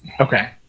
Okay